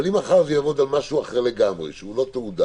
אבל אם מחר זה יעבור על משהו אחר לגמרי שהוא לא תעודה